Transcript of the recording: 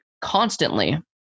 constantly